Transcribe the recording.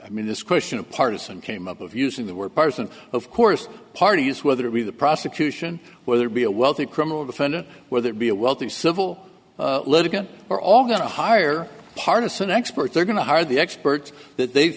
i mean this question of partisan came up of using the word partisan of course parties whether it be the prosecution whether it be a wealthy criminal defendant whether it be a wealthy civil litigation are all going to hire a partisan expert they're going to hire the experts that they